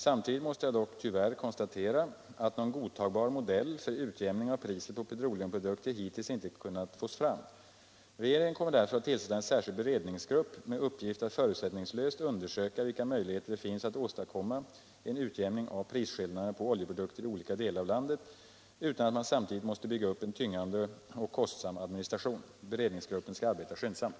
Samtidigt måste jag dock tyvärr konstatera att någon godtagbar modell för utjämning av priset på petroleumprodukter hittills inte kunnat konstrueras. Regeringen kommer därför att tillsätta en särskild beredningsgrupp med uppgift att förutsättningslöst undersöka vilka möjligheter det finns att åstadkomma en utjämning av prisskillnaderna på oljeprodukter i olika delar av landet utan att man samtidigt måste bygga upp en tyngande och kostsam administration. Beredningsgruppen skall arbeta skyndsamt.